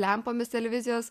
lempomis televizijos